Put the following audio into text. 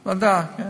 ועדה, ועדה.